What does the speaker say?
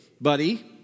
buddy